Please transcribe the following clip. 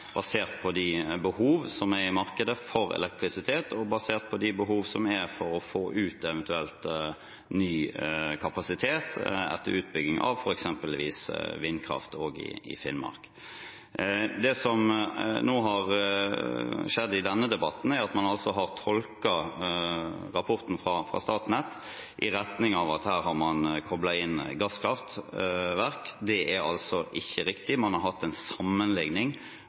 basert på de behov for elektrisitet som er i markedet, og basert på de behov som er for å få ut eventuell ny kapasitet etter utbygging av f.eks. vindkraft også i Finnmark. Det som nå har skjedd i denne debatten, er at man har tolket rapporten fra Statnett i retning av at her har man koblet inn gasskraftverk. Det er altså ikke riktig. Man har hatt en sammenligning